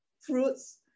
fruits